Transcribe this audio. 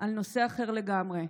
על נושא אחר לגמרי.